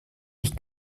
ich